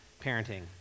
parenting